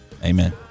Amen